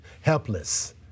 helpless